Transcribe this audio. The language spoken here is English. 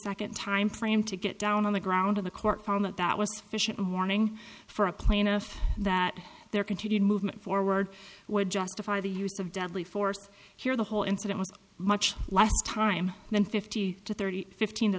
second time frame to get down on the ground in the court found that that was sufficient warning for a plaintiff that their continued movement forward would justify the use of deadly force here the whole incident was much less time than fifty to thirty fifteen to